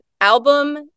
album